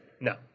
No